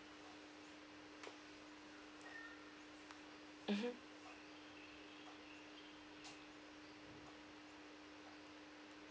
mmhmm